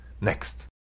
Next